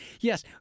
Yes